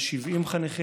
עם 70 חניכים,